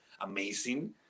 amazing